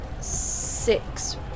six